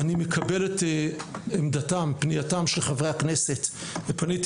אני מקבל את עמדתם ופנייתם של חברי הכנסת ופניתי